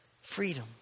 Freedom